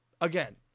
again